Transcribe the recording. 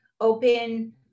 open